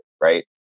right